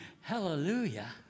hallelujah